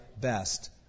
best